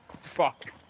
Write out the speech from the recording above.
fuck